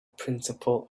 principle